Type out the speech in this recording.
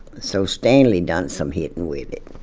so stanley done some hitting with it.